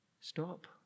Stop